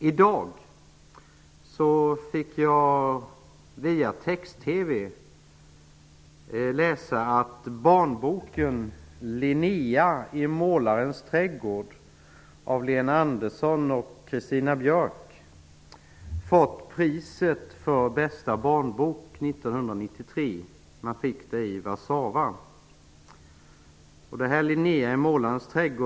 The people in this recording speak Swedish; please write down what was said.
I dag fick jag via text-TV veta att barnboken Linnea i målarens trädgård av Lena Andersson och Christina Björk fått priset för bästa barnbok 1993 i Warszawa.